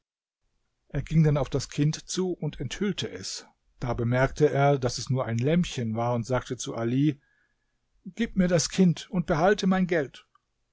er ging dann auf das kind zu und enthüllte es da bemerkte er daß es nur ein lämmchen war und sagte zu ali gib mir das kind und behalte mein geld